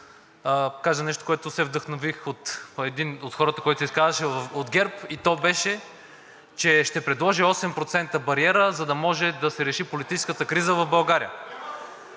кажа нещо, което ме вдъхнови, от един от хората, който се изказваше от ГЕРБ, и то беше, че ще предложи 8% бариера, за да може да се реши политическата криза в България.